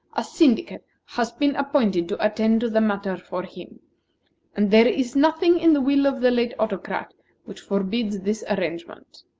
a syndicate has been appointed to attend to the matter for him and there is nothing in the will of the late autocrat which forbids this arrangement.